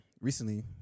recently